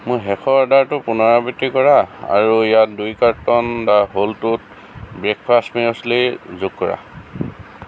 মোৰ শেষৰ অৰ্ডাৰটোৰ পুনৰাবৃত্তি কৰা আৰু ইয়াত দুই কাৰ্টন দা হোল টুথ ব্ৰেকফাষ্ট মিউছ্লি যোগ কৰা